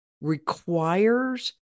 requires